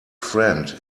friend